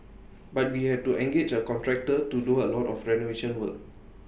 but we had to engage A contractor to do A lot of renovation work